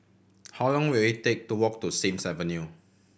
how long will it take to walk to Sims Avenue